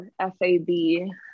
F-A-B